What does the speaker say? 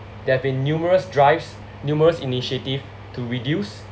there have been numerous drives numerous initiative to reduce